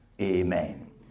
Amen